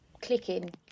clicking